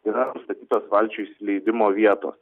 yra nustatytos valčių įsileidimo vietos